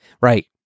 right